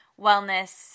wellness